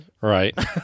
Right